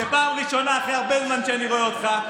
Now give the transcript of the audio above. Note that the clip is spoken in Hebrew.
זו פעם ראשונה אחרי הרבה זמן שאני רואה אותך.